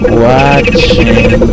watching